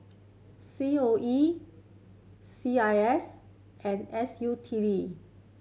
C O E C I S and S U T D